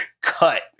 cut